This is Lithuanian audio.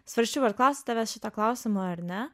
svarsčiau ar klausti tavęs šito klausimo ar ne